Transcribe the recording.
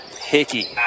Hickey